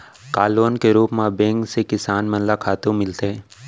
का लोन के रूप मा बैंक से किसान मन ला खातू मिलथे?